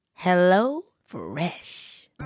HelloFresh